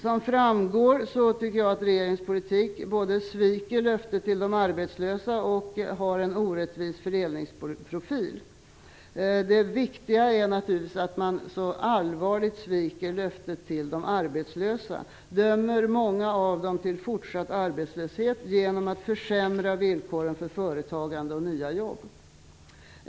Som framgår här tycker jag att regeringens politik både sviker löftet till de arbetslösa och har en orättvis fördelningsprofil. Det viktiga är naturligtvis att man så allvarligt sviker löftet till de arbetslösa och dömer många av dem till fortsatt arbetslöshet genom att försämra villkoren för företagande och nya jobb.